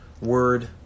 Word